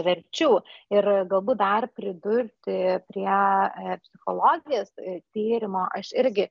verčių ir galbūt dar pridurti prie psichologės tyrimo aš irgi